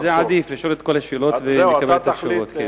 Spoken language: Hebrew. עדיף לשאול את כל השאלות ולקבל את התשובות.